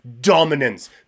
dominance